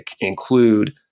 include